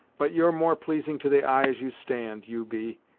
but you're more pleasing to the eye as you stand, you be,